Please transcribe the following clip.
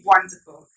Wonderful